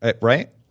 right